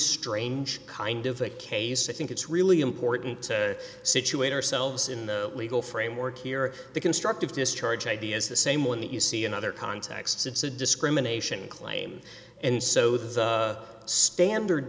strange kind of a case i think it's really important to situate ourselves in the legal framework here the constructive discharge idea is the same one that you see in other contexts it's a discrimination claim and so the standard